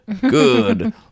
good